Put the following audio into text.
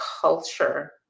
culture